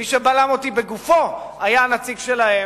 מי שבלם אותי בגופו היה הנציג שלהם.